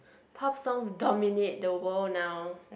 pop songs dominates the world now